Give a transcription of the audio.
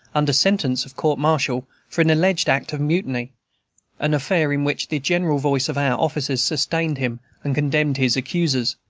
under sentence of court-martial for an alleged act of mutiny an affair in which the general voice of our officers sustained him and condemned his accusers,